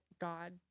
God